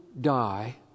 die